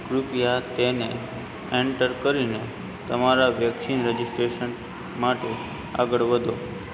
કૃપયા તેને એન્ટર કરીને તમારા વેક્સિન રજિસ્ટ્રેશન માટે આગળ વધો